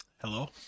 Hello